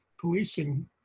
policing